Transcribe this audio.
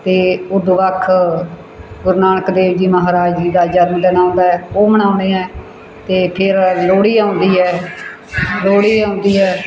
ਅਤੇ ਉਦੋਂ ਵੱਖ ਗੁਰੂ ਨਾਨਕ ਦੇਵ ਜੀ ਮਹਾਰਾਜ ਜੀ ਦਾ ਜਨਮ ਦਿਨ ਆਉਂਦਾ ਹੈ ਉਹ ਮਨਾਉਂਦੇ ਹਾਂ ਅਤੇ ਫਿਰ ਲੋਹੜੀ ਆਉਂਦੀ ਹੈ ਲੋਹੜੀ ਆਉਂਦੀ ਹੈ